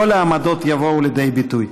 כל העמדות יבואו לידי ביטוי.